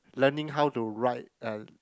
learning how to ride a